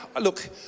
look